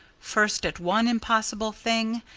first at one impossible thing,